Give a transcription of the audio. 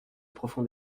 profond